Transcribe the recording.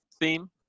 theme